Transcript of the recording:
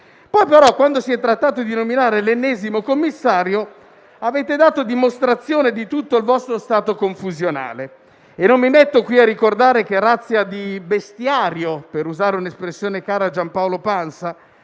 Ma poi, quando si è trattato di nominare l'ennesimo commissario, avete dato dimostrazione di tutto il vostro stato confusionale. Non mi metto qui a ricordare che razza di bestiario - per usare un'espressione cara a Giampaolo Pansa